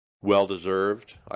well-deserved